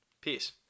Peace